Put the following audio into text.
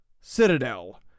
Citadel